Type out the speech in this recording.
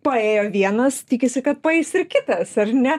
paėjo vienas tikisi kad paeis ir kitas ar ne